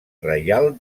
reial